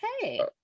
Okay